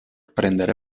prender